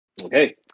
Okay